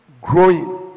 growing